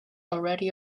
already